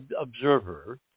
observer